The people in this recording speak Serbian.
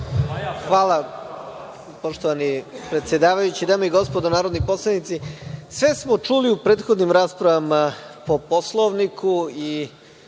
Hvala, poštovani predsedavajući. Dame i gospodo narodni poslanici, sve smo čuli u prethodnim raspravama po Poslovniku i